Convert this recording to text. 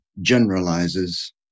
generalizes